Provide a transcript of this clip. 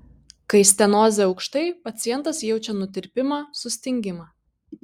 kai stenozė aukštai pacientas jaučia nutirpimą sustingimą